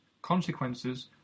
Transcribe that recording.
Consequences